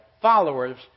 followers